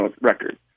record